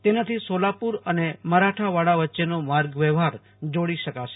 તેનાથી સોલાપુર અને મરાઠાવાડા વચ્ચેનો માર્ગ વ્યવહાર જોડી શકાશે